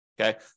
Okay